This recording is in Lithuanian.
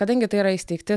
kadangi tai yra įsteigti